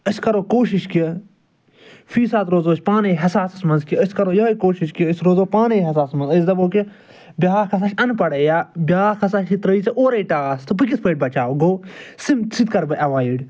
أسۍ کَرَو کوٗشِش کہ فی ساتہٕ روزَو أسۍ پانٕے حساسَس منٛز کہ أسۍ کَرَو یِہٕے کوٗشِش کہ أسۍ روزَو پانٕے حساسَس منٛز أسۍ دَپَو کہ بیاکھ ہسا چھِ اَن پَڑٕے بیاکھ ہسا چھِ یہِ ترٲیی ژےٚ اورٕے ٹاس بہٕ کِتھ پٲٹھۍ بچاوٕ گوٚو سِم سُتہِ کَرٕ بہٕ اٮ۪وایِڈ